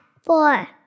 Four